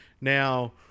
Now